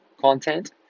content